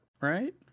right